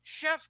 chef